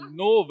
no